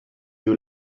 you